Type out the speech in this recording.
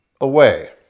away